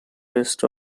rest